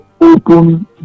open